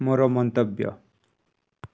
ମୋର ମନ୍ତବ୍ୟ